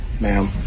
ma'am